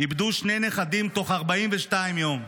איבדו שני נכדים תוך 42 יום.